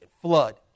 flood